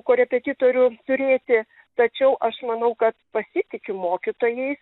korepetitorių turėti tačiau aš manau kad pasitiki mokytojais